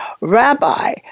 Rabbi